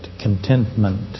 Contentment